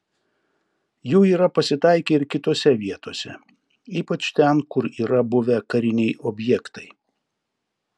jų yra pasitaikę ir kitose vietose ypač ten kur yra buvę kariniai objektai